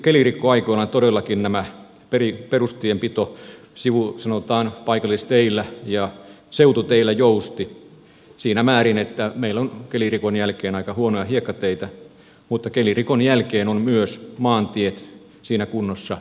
kelirikkoaikoina todellakin perustienpito sanotaan paikallisteillä ja seututeillä jousti siinä määrin että meillä on kelirikon jälkeen aika huonoja hiekkateitä mutta kelirikon jälkeen ovat myös maantiet siinä kunnossa